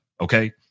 Okay